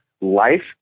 life